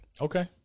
Okay